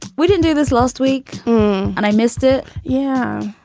we didn't do this last week and i missed it. yeah.